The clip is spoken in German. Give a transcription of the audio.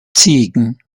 ziegen